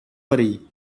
worry